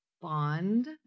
Bond